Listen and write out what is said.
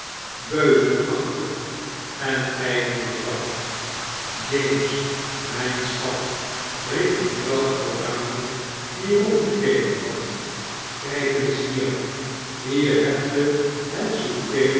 beuzelachtig en gdel mevrouw james miju schat riep mejuffrouw oranje die rondgekeken had kgk eens hier hier hebt ge het